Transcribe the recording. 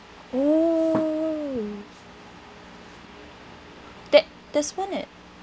oh that there's one at